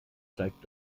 zeigt